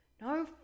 No